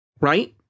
Right